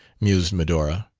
mused medora.